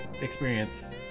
experience